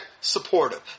supportive